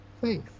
faith